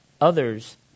others